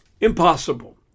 Impossible